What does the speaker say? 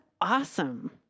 awesome